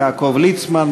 יעקב ליצמן,